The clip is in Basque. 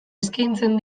eskaintzen